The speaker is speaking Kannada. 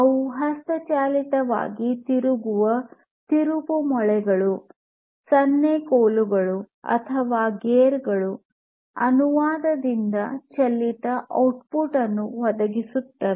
ಅದು ಹಸ್ತಚಾಲಿತವಾಗಿ ತಿರುಗುವ ತಿರುಪುಮೊಳೆಗಳು ಸನ್ನೆಕೋಲುಗಳು ಅಥವಾ ಗೇರ್ ಗಳು ಅನುವಾದದಿಂದ ಚಲಿತ ಔಟ್ಪುಟ್ ಅನ್ನು ಒದಗಿಸುತ್ತದೆ